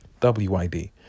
WYD